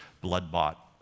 blood-bought